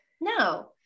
No